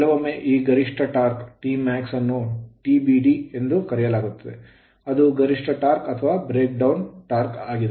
ಕೆಲವೊಮ್ಮೆ ಈ ಗರಿಷ್ಠ torque ಟಾರ್ಕ್ Tmax ಅನ್ನು TBD ಎಂದು ಕರೆಯಲಾಗುತ್ತದೆ ಅದು ಗರಿಷ್ಠ ಟಾರ್ಕ್ ಅಥವಾ ಬ್ರೇಕ್ ಡೌನ್ ಟಾರ್ಕ್ ಆಗಿದೆ